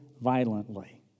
violently